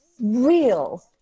real